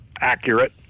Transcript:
accurate